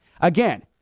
Again